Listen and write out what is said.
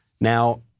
Now